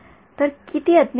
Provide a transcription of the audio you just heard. तर किती अज्ञात आहेत